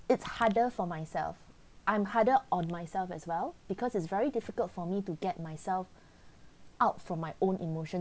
it's harder for myself I'm harder on myself as well because it's very difficult for me to get myself out from my own emotion